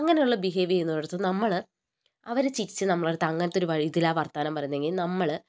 അങ്ങനുള്ള ബിഹേവ് ചെയ്യുന്നോരടുത്ത് നമ്മൾ അവർ ചിരിച്ച് നമ്മൾടടുത്ത് അങ്ങനത്തെ ഒരു ഇതിലാ വർത്താനം പറയുന്നതെങ്കിൽ നമ്മൾ